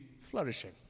flourishing